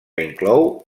inclou